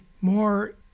more